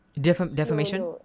defamation